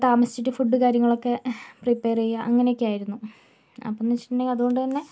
താമസിച്ചിട്ട് food കാര്യങ്ങളൊക്കെ prepare ചെയ്യുക അങ്ങനെയൊക്കെയായിരുന്നു അപ്പോഴെന്ന് വെച്ചിട്ടുണ്ടെങ്കിൽ അതുകൊണ്ട് തന്നെ